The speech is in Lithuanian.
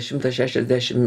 šimtas šešiasdešim